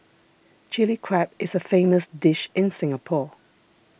Chilli Crab is a famous dish in Singapore